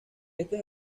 este